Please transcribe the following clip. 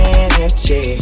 energy